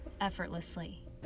effortlessly